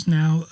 now